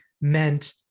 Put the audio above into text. meant